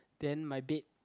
then my bed